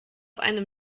einem